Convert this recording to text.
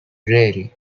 dreary